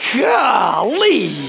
Golly